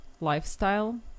lifestyle